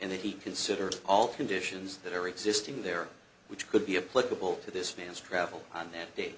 in that he considers all conditions that are existing there which could be a political to this man's travel on that day